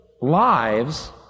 lives